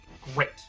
Great